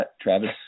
Travis